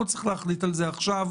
לא צריך להחליט על זה עכשיו.